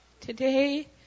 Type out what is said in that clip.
Today